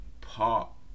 Pop